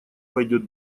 пойдет